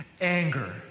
anger